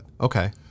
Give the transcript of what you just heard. Okay